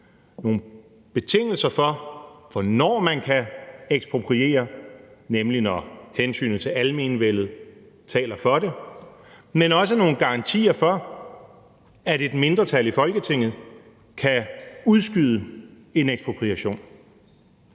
nogle betingelser for, hvornår man kan ekspropriere, nemlig når hensynet til almenvellet taler for det. Men også nogle garantier for, at et mindretal i Folketinget kan udskyde en ekspropriation.